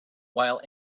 while